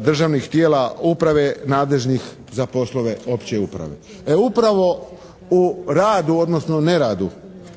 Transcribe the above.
državnih tijela uprave nadležnih za poslove opće uprave. E upravo u radu, odnosno neradu